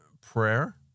prayer